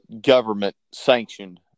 government-sanctioned